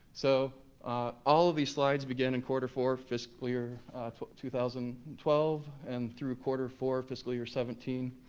so all of these slides begin and quarter four fiscal year two thousand twelve and through quarter four fiscal year seventeen.